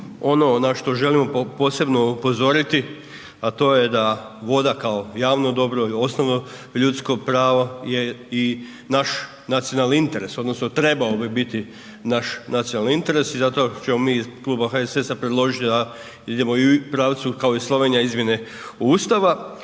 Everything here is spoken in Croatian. Ono na što želimo posebno upozoriti a to je da voda kao javno dobro i odnosno ljudsko pravo je i naš nacionalni interes odnosno trebao bi biti naš nacionalni interes i zašto ćemo mi iz kluba HSS-a predložiti da idemo i u pravcu kao i Slovenija, izmjene Ustava